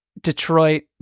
Detroit